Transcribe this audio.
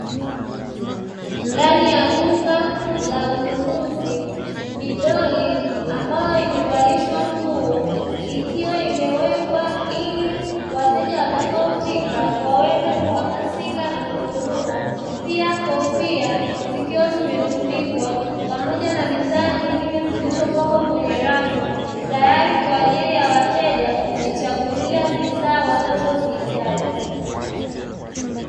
Ndani ya duka la ununuzi midoli ambayo imevalishwa nguo ikiwa imewekwa ili wateja watakaofika waweze kuhamasika na kununua pia kofia zikiwa zimetundikwa pamoja na bidhaa nyingine zilizopakwa kwenye rafu tayari kwa ajili ya wateja kujichagulia bidhaa wanazozihitaji.